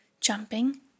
jumping